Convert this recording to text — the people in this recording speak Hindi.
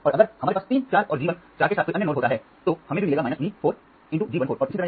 और अगर हमारे पास 3 चार और G 1 चार के साथ कोई अन्य नोड होता है तो हमें भी मिलेगा V चार × G 1 4 और इसी तरह